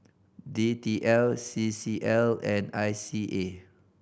D T L C C L and I C A